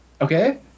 Okay